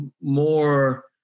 more